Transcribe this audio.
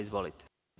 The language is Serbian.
Izvolite.